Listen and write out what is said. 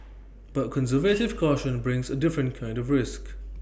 but conservative caution brings A different kind of risk